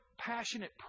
passionate